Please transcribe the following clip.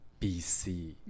BC